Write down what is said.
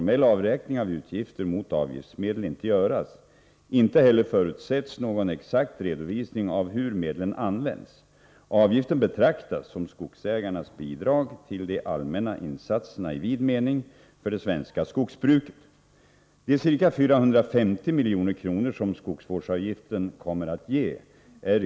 Med anledning härav anhåller jag att få en redovisning för hur dessa pengar skall användas, och om inte trygghetspaketet kan finansieras med medel inom ramen för de 460 milj.kr. som skogsvårdsavgiften ger.